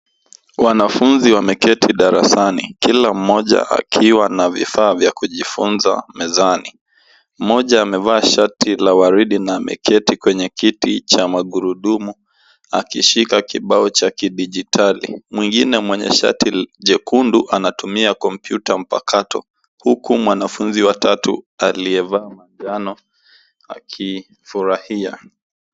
Wanafunzi wameketi darasani kila mmoja akiwa na vifaa vya kujifunza mezani. Mmoja amevaa shati la waridi na ameketi kwenye kiti cha magurudumu akishika kibao cha kidijitali. Mwingine mwenye shati jekundu anatumia kompyuta mpakato, huku mwanafunzi wa tatu aliyevaa manjano akifurahia.